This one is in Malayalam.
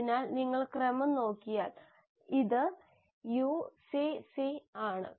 അതിനാൽ നിങ്ങൾ ക്രമം നോക്കിയാൽ ഇത് UCC ആണ്